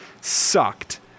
sucked